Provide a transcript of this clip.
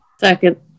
Second